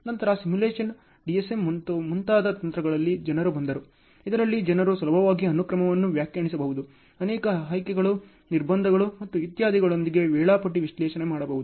ನಂತರ simulation DSM ಮತ್ತು ಮುಂತಾದ ತಂತ್ರಗಳಲ್ಲಿ ಜನರು ಬಂದರು ಇದರಲ್ಲಿ ಜನರು ಸುಲಭವಾಗಿ ಅನುಕ್ರಮವನ್ನು ವ್ಯಾಖ್ಯಾನಿಸಬಹುದು ಅನೇಕ ಆಯ್ಕೆಗಳು ನಿರ್ಬಂಧಗಳು ಮತ್ತು ಇತ್ಯಾದಿಗಳೊಂದಿಗೆ ವೇಳಾಪಟ್ಟಿ ವಿಶ್ಲೇಷಣೆ ಮಾಡಬಹುದು